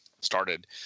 started